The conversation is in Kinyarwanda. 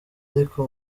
ariko